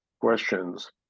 questions